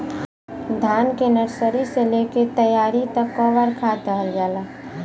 धान के नर्सरी से लेके तैयारी तक कौ बार खाद दहल जाला?